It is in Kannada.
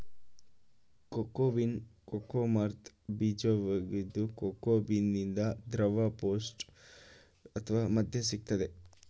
ಕೋಕೋ ಬೀನ್ ಕೋಕೋ ಮರ್ದ ಬೀಜ್ವಾಗಿದೆ ಕೋಕೋ ಬೀನಿಂದ ದ್ರವ ಪೇಸ್ಟ್ ಅತ್ವ ಮದ್ಯ ಸಿಗ್ತದೆ